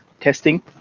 Testing